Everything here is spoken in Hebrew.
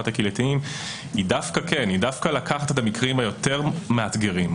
הקהילתיים היא דווקא לקחת את המקרים היותר מאתגרים,